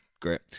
Great